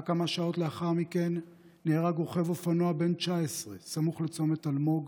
רק כמה שעות לאחר מכן נהרג רוכב אופנוע בן 19 סמוך לצומת אלמוג